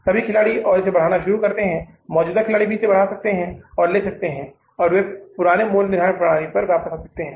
सभी खिलाड़ी और इसे बढ़ाना शुरू करते हैं मौजूदा खिलाड़ी भी इसे बढ़ा सकते हैं और ले सकते हैं और वे पुराने मूल्य निर्धारण प्रणाली में वापस आ जाते हैं